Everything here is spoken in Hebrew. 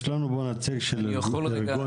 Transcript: יש לנו פה נציג של ארגון הרבנים?